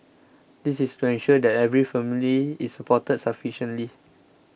this is to ensure that every family is supported sufficiently